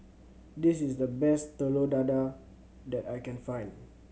this is the best Telur Dadah that I can find